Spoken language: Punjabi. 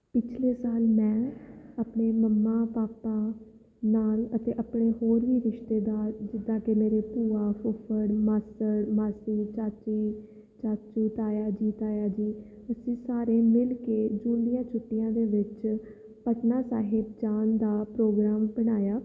ਪਿਛਲੇ ਸਾਲ ਮੈਂ ਆਪਣੇ ਮੰਮਾ ਪਾਪਾ ਨਾਲ ਅਤੇ ਆਪਣੇ ਹੋਰ ਵੀ ਰਿਸ਼ਤੇਦਾਰ ਜਿੱਦਾਂ ਕਿ ਮੇਰੇ ਭੂਆ ਫੁੱਫੜ ਮਾਸੜ ਮਾਸੀ ਚਾਚੀ ਚਾਚੂ ਤਾਇਆ ਜੀ ਤਾਇਆ ਜੀ ਅਸੀਂ ਸਾਰੇ ਮਿਲ ਕੇ ਜੂਨ ਛੁੱਟੀਆਂ ਦੇ ਵਿੱਚ ਪਟਨਾ ਸਾਹਿਬ ਜਾਣ ਦਾ ਪ੍ਰੋਗਰਾਮ ਬਣਾਇਆ